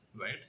right